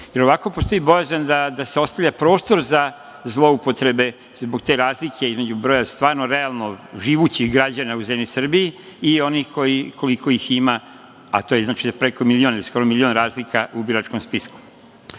Jer, ovako, postoji bojazan da se ostavlja prostor za zloupotrebe zbog te razlike između broja stvarno, realno živućih građana u zemlji Srbiji i onih koliko ih ima, a to je znači preko milion, ili skoro milion, razlika u biračkom spisku.U